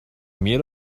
mir